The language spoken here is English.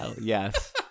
Yes